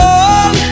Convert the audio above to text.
on